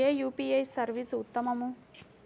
ఏ UPI service ఉత్తమము?